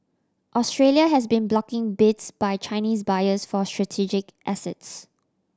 Australia has been blocking bids by Chinese buyers for strategic assets